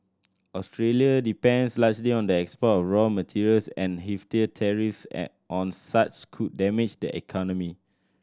Australia depends largely on the export raw materials and heftier tariffs an on such could damage the economy